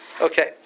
Okay